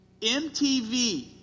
MTV